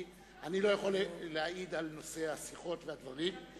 אני לא יכול להעיד על נושא השיחות והדברים.